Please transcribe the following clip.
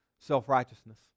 self-righteousness